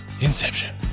Inception